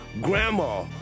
grandma